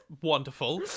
wonderful